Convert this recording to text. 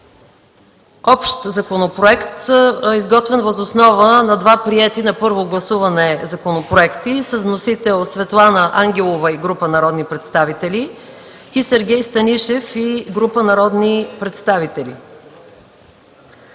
общ законопроект, изготвен въз основа на два приети на първо гласуване законопроекта с вносител Светлана Ангелова и група народни представители и Сергей Станишев и група народни представители.